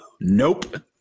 nope